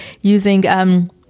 using